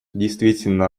действительно